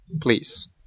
Please